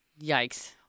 yikes